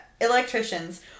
electricians